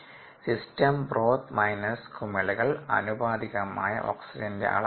system broth minus കുമിളകൾ ആനുപാതികമായ ഓക്സിജന്റെ അളവാണിത്